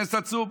נס עצום.